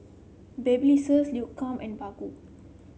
Babyliss Lancome and Baggu